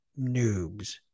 noobs